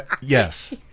Yes